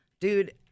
Dude